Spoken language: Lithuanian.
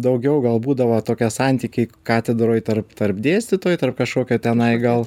daugiau gal būdavo tokie santykiai katedroj tarp tarp dėstytojų tarp kažkokio tenai gal